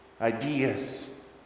Ideas